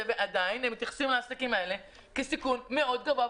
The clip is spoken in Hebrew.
ועדיין הם מתייחסים לעסקים האלה כסיכון מאוד גבוה,